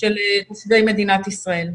של תושבי מדינת ישראל.